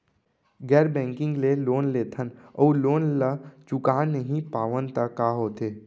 गैर बैंकिंग ले लोन लेथन अऊ लोन ल चुका नहीं पावन त का होथे?